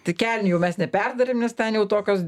tai kelnių jau mes neperdarėm nes ten jau tokios